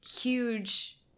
huge